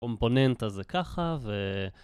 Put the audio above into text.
Component הזה ככה ו...